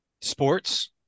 sports